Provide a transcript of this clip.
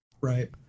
Right